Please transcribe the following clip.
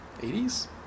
80s